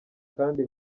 kandi